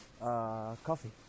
coffee